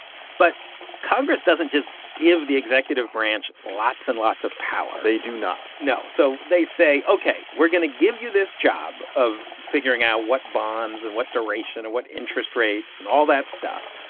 but congress doesn't just give the executive branch lots and lots of power they do not no. so they say, ok, we're going to give you this job of figuring out what bonds and what duration and what interest rate and all that stuff,